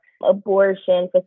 abortion